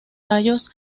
tallos